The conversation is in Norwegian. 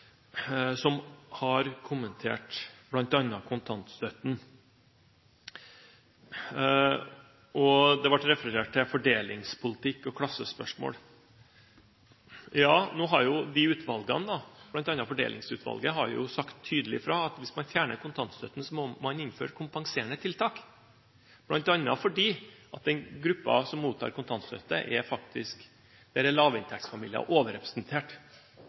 som har kommentert bl.a. kontantstøtten. Det ble referert til fordelingspolitikk og klassespørsmål. Ja, nå har bl.a. Fordelingsutvalget sagt tydelig fra at hvis man fjerner kontantstøtten, må man innføre kompenserende tiltak, for i gruppen som mottar kontantstøtte, er lavinntektsfamilier overrepresentert.